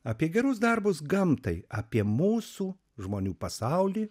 apie gerus darbus gamtai apie mūsų žmonių pasaulį